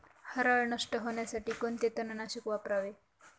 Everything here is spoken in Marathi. हरळ नष्ट होण्यासाठी कोणते तणनाशक वापरावे?